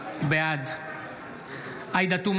בעד עאידה תומא